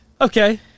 Okay